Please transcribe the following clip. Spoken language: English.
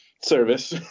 service